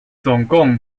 总共